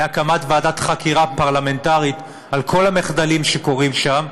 להקמת ועדת חקירה פרלמנטרית על כל המחדלים שקורים שם.